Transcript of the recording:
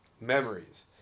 memories